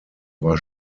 war